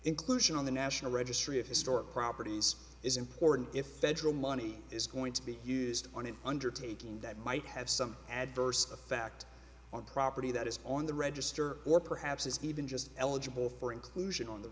inclusion on the national registry of historic properties is important ephedrine money is going to be used on an undertaking that might have some adverse effect on property that is on the register or perhaps even just eligible for inclusion on the